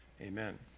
Amen